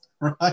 Right